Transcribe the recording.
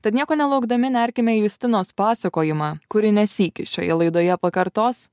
tad nieko nelaukdami nerkime į justinos pasakojimą kur ji ne sykį šioje laidoje pakartos